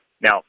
Now